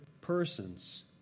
persons